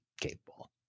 capable